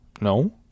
No